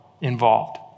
involved